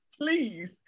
please